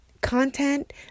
Content